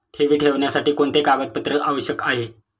ठेवी ठेवण्यासाठी कोणते कागदपत्रे आवश्यक आहे?